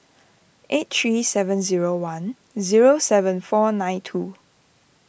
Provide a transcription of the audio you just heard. eight three seven zero one zero seven four nine two